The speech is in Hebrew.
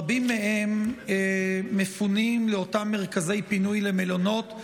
רבים מהם מפונים לאותם מרכזי פינוי, למלונות,